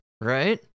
right